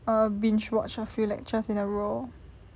err binge watch a few lectures in a row